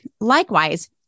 likewise